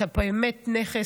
אתה באמת נכס.